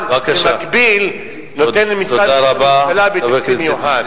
במקביל נותן ממשרד ראש הממשלה בתקציב מיוחד.